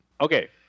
Okay